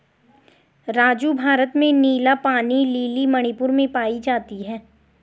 राजू भारत में नीला पानी लिली मणिपुर में पाई जाती हैं